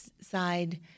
side